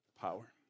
power